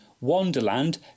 Wonderland